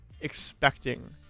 expecting